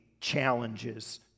challenges